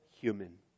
human